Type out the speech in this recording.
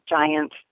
giant